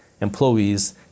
Employees